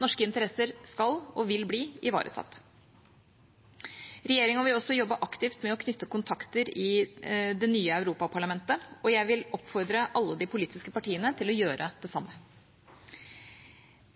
Norske interesser skal og vil bli ivaretatt. Regjeringa vil jobbe aktivt med å knytte kontakter i det nye Europaparlamentet, og jeg vil oppfordre alle de politiske partiene til å gjøre det samme.